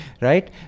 right